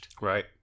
Right